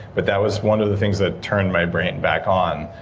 but that was one of the things that turned my brain back on,